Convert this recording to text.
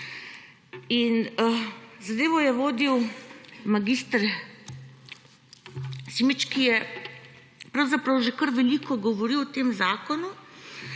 zadevo je vodil mag. Simič, ki je pravzaprav že kar veliko govoril o tem zakonu.